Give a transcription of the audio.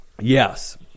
Yes